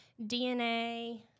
DNA